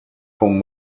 whom